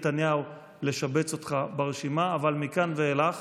לשבץ אותך ברשימה, אבל מכאן ואילך